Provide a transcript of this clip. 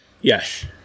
Yes